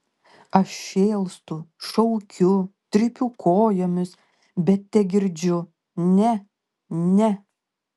aš šėlstu šaukiu trypiu kojomis bet tegirdžiu ne ne